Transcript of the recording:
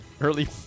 Early